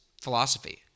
philosophy